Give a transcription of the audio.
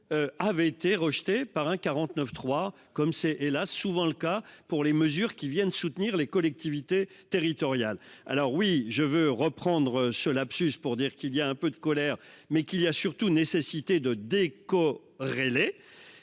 Avait été rejetée par un 49.3 comme c'est hélas souvent le cas pour les mesures qui viennent soutenir les collectivités territoriales. Alors oui je veux reprendre ce lapsus pour dire qu'il y a un peu de colère mais qu'il y a surtout nécessité de déco relais.